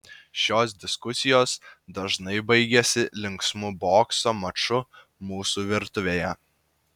šios diskusijos dažnai baigiasi linksmu bokso maču mūsų virtuvėje